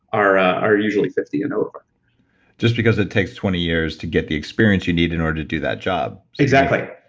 are are usually fifty and over just because it takes twenty years to get the experience you need in order to do that job exactly,